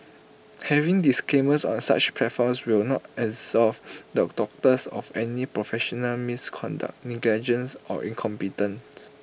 having disclaimers on such platforms will not absolve the doctors of any professional misconduct negligence or incompetence